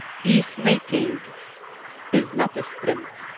peacemaking is not a sprint.